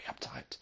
uptight